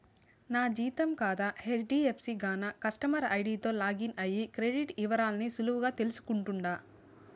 నా జీతం కాతా హెజ్డీఎఫ్సీ గాన కస్టమర్ ఐడీతో లాగిన్ అయ్యి క్రెడిట్ ఇవరాల్ని సులువుగా తెల్సుకుంటుండా